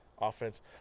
offense